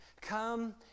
Come